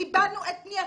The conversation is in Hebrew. קבלנו את פנייתכם,